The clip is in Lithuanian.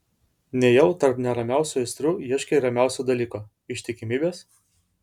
nejau tarp neramiausių aistrų ieškai ramiausio dalyko ištikimybės